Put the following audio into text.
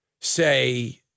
say